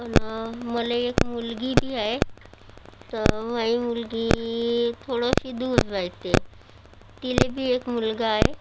आणि मला एक मुलगीबी आहे तर माझी मुलगी थोडंशी दूर राहते तिलाबी एक मुलगा आहे